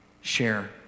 share